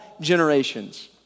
generations